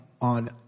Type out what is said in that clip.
on